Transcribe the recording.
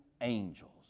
angels